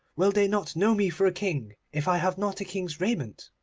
will they not know me for a king if i have not a king's raiment